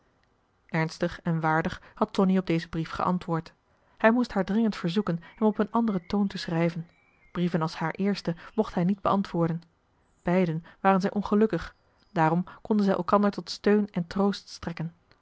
ernstig en waardig had tonie op dezen brief geantwoord hij moest haar dringend verzoeken hem op een anderen toon te schrijven brieven als haar eersten mocht hij niet beantwoorden beiden waren zij ongelukkig daarom konden zij elkander tot steun en troost strekken